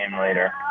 later